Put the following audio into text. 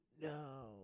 no